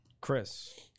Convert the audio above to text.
Chris